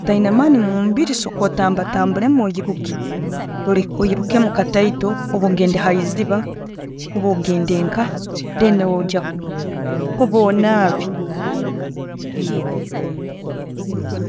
Otayina amaani mumubiri sooka tambuletambulemu oyirekemu kataito orba ogenda haiziba orba ogende nka, then obe onabe.